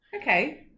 okay